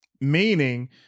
meaning